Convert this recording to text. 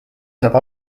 saab